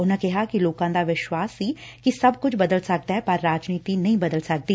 ਉਨੂਾ ਕਿਹਾ ਕਿ ਲੋਕਾ ਦਾ ਵਿਸ਼ਵਾਸ਼ ਸੀ ਕਿ ਸਭ ਕੁਝ ਬਦਲ ਸਕਦੈ ਪਰ ਰਾਜਨੀਤੀ ਨਹੀ ਬਦਲ ਸਕਦੀ